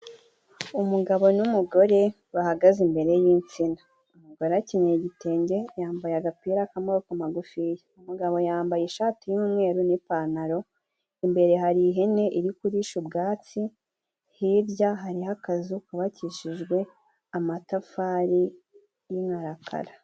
umugabo n'umugore bahagaze imbere y'insina. Umugore akenyeye igitenge, yambaye agapira k'amaboko magufiya. umugabo yambaye ishati y'umweru n'ipantaro, imbere hari ihene iri kurisha ubwatsi, hirya hariho akazu kubabakishijwe amatafari y'inkarakara.